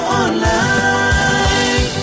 online